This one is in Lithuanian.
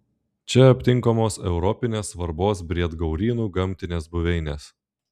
čia aptinkamos europinės svarbos briedgaurynų gamtinės buveinės